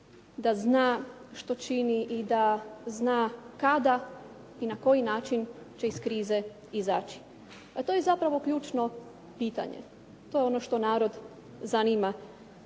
da zna što čini i da zna kada i na koji način će iz krize izaći. A to je zapravo ključno pitanje, to je ono što narod zanima,